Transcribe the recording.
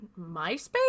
MySpace